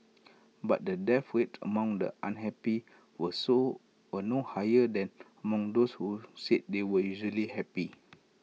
but the death rates among the unhappy were so were no higher than among those who said they were usually happy